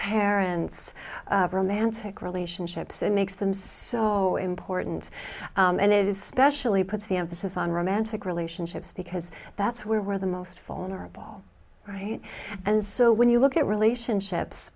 parents mantic relationships it makes them so important and it is specially puts the emphasis on romantic relationships because that's where we're the most vulnerable right and so when you look at relationships